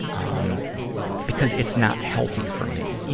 um because it's not healthy for me. you